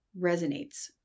resonates